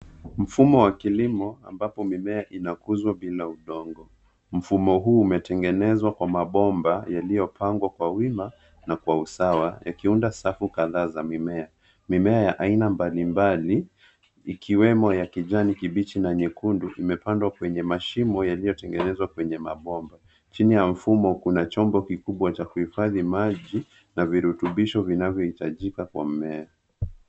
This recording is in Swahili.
Mfumo wa kilimo ambapo mimea inakuzwa bila udongo. Mfumo huu umetengenezwa kwa mabomba yaliyopangwa kwa wima na kwa usawa, yakiunda safu kadhaa za mimea. Mimea ya aina mbalimbali, ikiwemo ya kijani kibichi na nyekundu, imepandwa kwenye mashimo yaliyotengenezwa kwenye mabomba. Chini ya mfumo, kuna chombo kikubwa cha kuhifadhi maji na virutubisho vinavyohitajika kwa mmea.